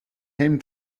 helm